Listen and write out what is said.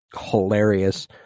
hilarious